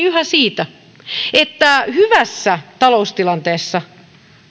yhä kiinni siitä että hyvässä taloustilanteessa